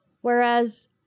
whereas